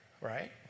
right